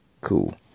cool